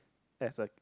that's a